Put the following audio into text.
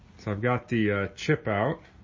so i've got the ah chip out